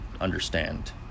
understand